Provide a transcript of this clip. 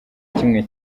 kimwe